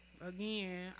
Again